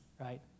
Right